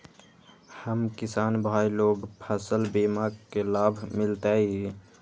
हम किसान भाई लोग फसल बीमा के लाभ मिलतई?